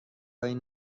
این